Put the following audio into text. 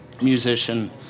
musician